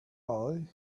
all